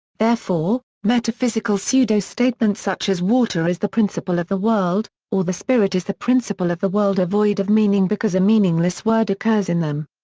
therefore, metaphysical pseudo-statements such as water is the principle of the world or the spirit is the principle of the world are void of meaning because a meaningless word occurs in them.